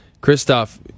Christoph